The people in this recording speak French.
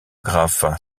graf